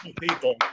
people